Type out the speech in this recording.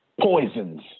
poisons